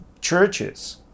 churches